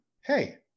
hey